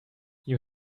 you